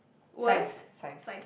science